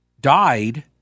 died